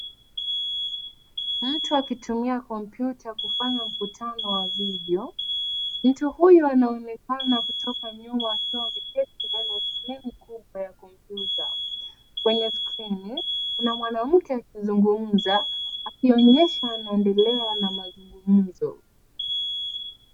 Mtu akitumia kompyuta kufanya mkutano wa video, mtu huyo anaonekana kutoka nyuma akiwa ameketi mbele ya skrini kubwa ya kompyuta. Kwenye skrini kuna mwanamke akizungumza, akionyesha anaendelea na mazungumzo.